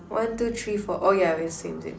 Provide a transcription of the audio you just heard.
one two three four oh yeah we're same same